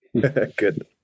Good